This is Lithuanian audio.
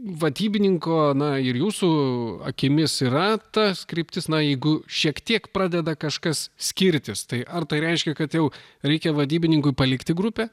vadybininko na ir jūsų akimis yra ta kryptis na jeigu šiek tiek pradeda kažkas skirtis tai ar tai reiškia kad jau reikia vadybininkui palikti grupę